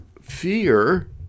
fear